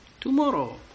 Tomorrow